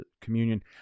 communion